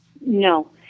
No